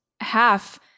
half